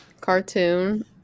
Cartoon